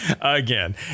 again